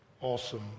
awesome